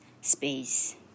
space